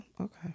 okay